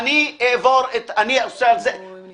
עכשיו אני אומר לך את זה בחברות.